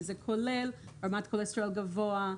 זה כולל רמת כולסטרול גבוהה,